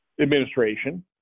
administration